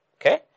Okay